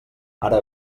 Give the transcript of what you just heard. ara